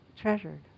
treasured